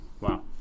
Wow